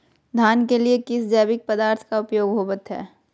धान के लिए किस जैविक पदार्थ का उपयोग होवत है?